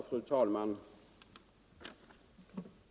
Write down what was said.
Fru talman!